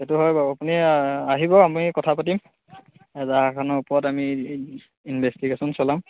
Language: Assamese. সেইটো হয় বাৰু আপুনি আহিব আমি কথা পাতিম এজাহাৰখনৰ ওপৰত আমি ইনভেষ্টিগেশ্যন চলাম